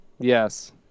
Yes